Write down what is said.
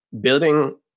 building